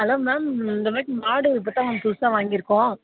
hello ma'am இந்த மாதிரி மாடு இப்போது தான் புதுசாக ஒன்று தான் வாங்கிருக்கோம்